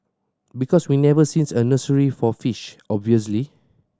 because we've never seen a nursery for fish obviously